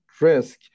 risk